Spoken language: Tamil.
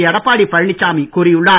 எடப்பாடி பழனிசாமி கூறியுள்ளார்